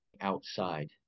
outside